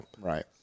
right